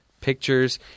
pictures